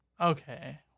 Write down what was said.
Okay